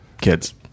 kids